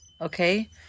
Okay